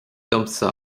domsa